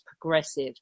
progressive